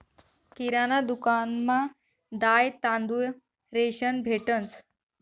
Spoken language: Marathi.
किराणा दुकानमा दाय, तांदूय, रेशन भेटंस